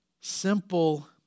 Simple